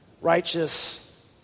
Righteous